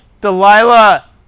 Delilah